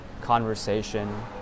conversation